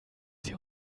sie